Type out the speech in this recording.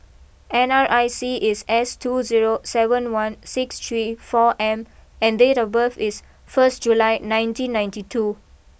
N R I C is S two zero seven one six three four M and date of birth is first July nineteen ninety two